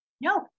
No